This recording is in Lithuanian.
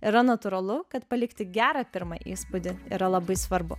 yra natūralu kad palikti gerą pirmą įspūdį yra labai svarbu